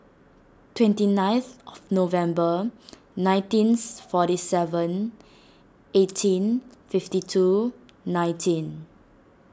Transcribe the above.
twenty ninth of November nineteenth forty seven eighteen fifty two nineteen